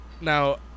Now